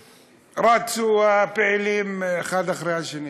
כשרצו הפעילים אחד אחרי השני.